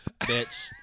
Bitch